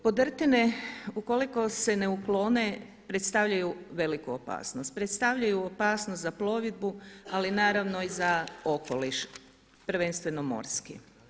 Podrtine, ukoliko se ne uklone predstavljaju veliku opasnost, postavljaju opasnost za plovidbu ali naravno i za okoliš, prvenstveno morski.